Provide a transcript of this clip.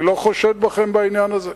אני לא חושד בכם בעניין הזה.